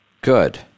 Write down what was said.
good